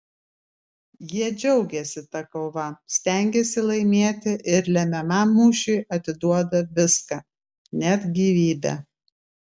jie džiaugiasi ta kova stengiasi laimėti ir lemiamam mūšiui atiduoda viską net gyvybę